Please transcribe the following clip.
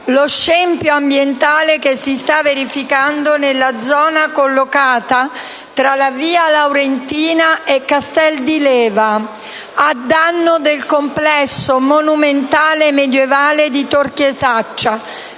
lo scempio ambientale che si sta verificando nella zona collocata tra le vie Laurentina e Castel di Leva, a danno del complesso monumentale medievale di Tor Chiesaccia,